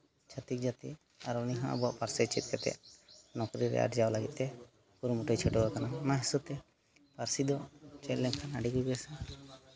ᱪᱷᱟᱹᱛᱤᱠ ᱡᱟᱹᱛᱤ ᱟᱨ ᱩᱱᱤᱦᱚᱸ ᱟᱵᱚᱣᱟᱜ ᱯᱟᱹᱨᱥᱤ ᱪᱮᱫ ᱠᱟᱛᱮᱫ ᱱᱚᱠᱨᱤ ᱨᱮ ᱟᱨᱡᱟᱣ ᱞᱟᱹᱜᱤᱫ ᱛᱮ ᱠᱩᱨᱩᱢᱩᱴᱩᱭ ᱪᱷᱩᱴᱟᱹᱣ ᱟᱠᱟᱱᱟ ᱚᱱᱟ ᱦᱤᱥᱟᱹᱵᱽ ᱛᱮ ᱯᱟᱹᱨᱥᱤ ᱫᱚ ᱪᱮᱫ ᱞᱮᱱᱠᱷᱟᱱ ᱟᱹᱰᱤᱜᱮ ᱵᱮᱥᱟ